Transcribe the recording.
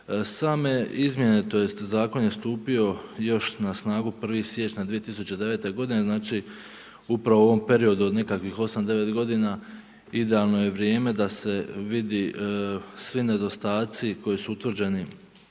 Same izmjene, tj. zakon je stupio još na snagu 1. siječnja 2009. godine, znači upravo u ovom periodu od nekakvih 8, 9 godina idealno je vrijeme da se vidi svi nedostaci koji su utvrđeni